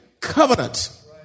covenant